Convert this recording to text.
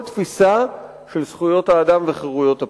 תפיסה של זכויות האדם וחירויות הפרט.